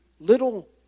little